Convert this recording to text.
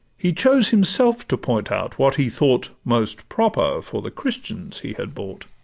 he chose himself to point out what he thought most proper for the christians he had bought.